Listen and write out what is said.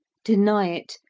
deny it,